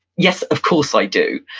yes, of course i do.